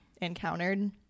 encountered